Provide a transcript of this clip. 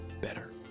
better